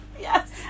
Yes